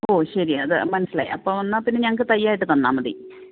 ഓ ശരി അത് മനസ്സിലായി അപ്പോൾ എന്നാൽ പിന്നെ ഞങ്ങൾക്ക് തൈ ആയിട്ട് തന്നാൽ മതി